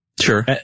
Sure